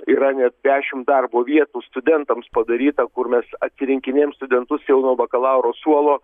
yra net dešimt darbo vietų studentams padaryta kur mes atsirinkinėjam studentus siūlo bakalauro suolo